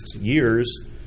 years